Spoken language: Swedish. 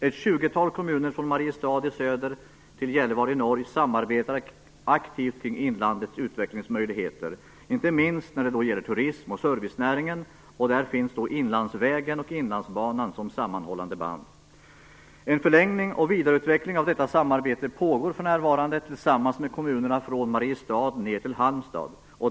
Ett tjugotal kommuner från Mariestad i söder till Gällivare i norr samarbetar aktivt kring inlandets utvecklingsmöjligheter, inte minst när det gäller turism och servicenäringen, och där finns då Inlandsvägen och Inlandsbanan som sammanhållande band. En förlängning och vidareutveckling av detta samarbete pågår för närvarande tillsammans med kommunerna från Mariestad ned till Halmstad.